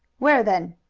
where, then?